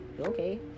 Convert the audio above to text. Okay